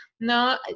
No